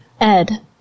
Ed